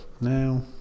now